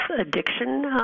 addiction